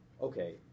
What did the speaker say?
okay